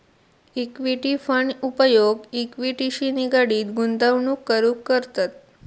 equity fund उपयोग इक्विटीशी निगडीत गुंतवणूक करूक करतत